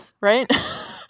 right